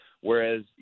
Whereas